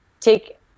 take